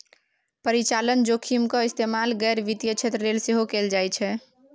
परिचालन जोखिमक इस्तेमाल गैर वित्तीय क्षेत्र लेल सेहो कैल जाइत छै